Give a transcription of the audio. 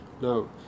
No